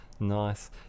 nice